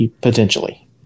potentially